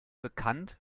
bekannt